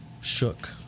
shook